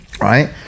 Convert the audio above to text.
right